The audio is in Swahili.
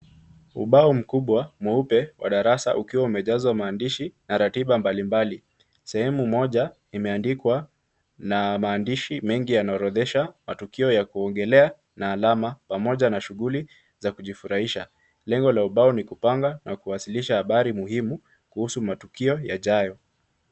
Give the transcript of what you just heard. Ubao mkubwa mweupe wa darasa ukiwa umejazwa maandishi na ratiba mbalimbali. Sehemu moja imeandikwa na maandishi mengi yanaorodhesha matukio ya kuongelea na alama pamoja na shughuli za kujifurahisha. Lengo la ubao ni kupanga na kuwasilisha mambo muhimu kusuhu matukio yajao.